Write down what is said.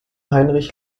heinrich